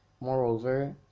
Moreover